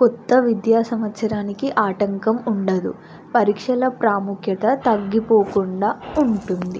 కొత్త విద్యా సంవత్సరానికి ఆటంకం ఉండదు పరీక్షల ప్రాముఖ్యత తగ్గిపోకుండా ఉంటుంది